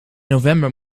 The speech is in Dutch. november